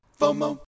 FOMO